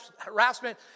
harassment